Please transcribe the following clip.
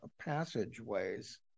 passageways